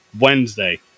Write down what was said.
Wednesday